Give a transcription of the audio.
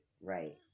right